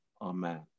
Amen